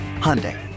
Hyundai